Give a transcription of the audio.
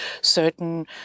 certain